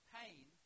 pain